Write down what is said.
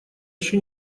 еще